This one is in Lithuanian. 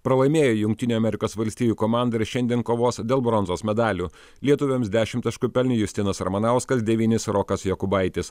pralaimėjo jungtinių amerikos valstijų komandai ir šiandien kovos dėl bronzos medalių lietuviams dešim taškų pelnė justinas ramanauskas devynis rokas jokubaitis